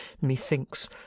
methinks